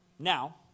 Now